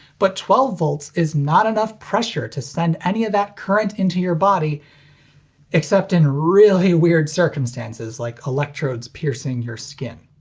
but twelve v is not enough pressure to send any of that current into your body except in really weird circumstances like electrodes piercing your skin.